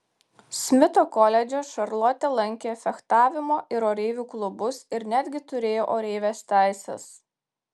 smito koledže šarlotė lankė fechtavimo ir oreivių klubus ir netgi turėjo oreivės teises